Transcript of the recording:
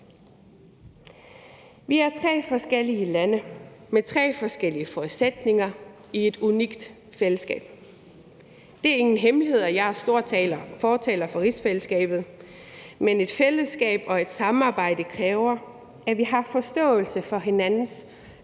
Vi er tre forskellige lande med tre forskellige forudsætninger i et unikt fællesskab. Det er ikke nogen hemmelighed, at jeg er stor fortaler for rigsfællesskabet, men et fællesskab og et samarbejde kræver, at vi har forståelse for hinanden